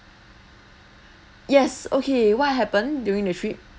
yes okay what happened during the trip